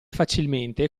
facilmente